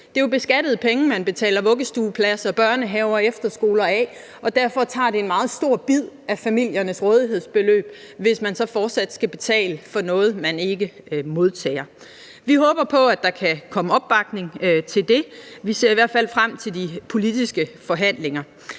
Det er jo beskattede penge, man betaler vuggestueplads, børnehave og efterskole af, og derfor tager det en meget stor bid af familiernes rådighedsbeløb, hvis man så fortsat skal betale for noget, man ikke modtager. Vi håber på, at der kan komme opbakning til det. Vi ser i hvert fald frem til de politiske forhandlinger.